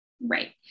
right